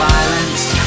Violence